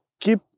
keep